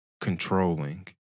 controlling